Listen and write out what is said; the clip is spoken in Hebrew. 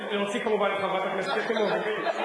להוציא כמובן את חברת הכנסת יחימוביץ.